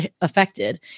affected